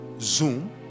Zoom